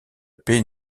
paix